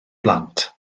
blant